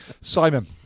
simon